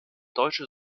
deutsche